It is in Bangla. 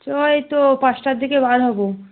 চ এই তো পাঁচটার দিকে বের হবো